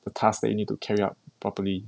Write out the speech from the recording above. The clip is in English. the task that you need to carry out properly